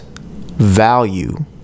value